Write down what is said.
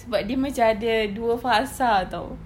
sebab dia macam ada dua fasa [tau]